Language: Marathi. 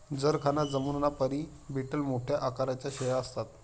जरखाना जमुनापरी बीटल मोठ्या आकाराच्या शेळ्या असतात